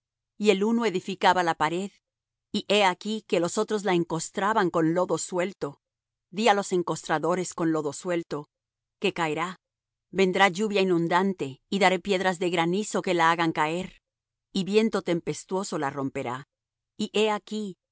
y el uno edificaba la pared y he aquí que los otros la encostraban con lodo suelto di á los encostradores con lodo suelto que caerá vendrá lluvia inundante y daré piedras de granizo que la hagan caer y viento tempestuoso la romperá y he aquí